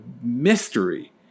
mystery